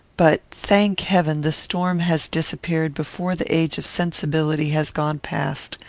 but, thank heaven, the storm has disappeared before the age of sensibility has gone past,